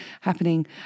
happening